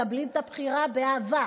מקבלים את הבחירה באהבה.